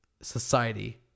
society